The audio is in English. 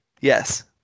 Yes